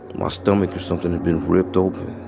my stomach or something had been ripped open.